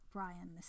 Brian